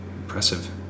Impressive